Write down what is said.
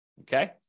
okay